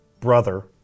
Brother